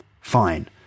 Fine